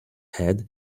head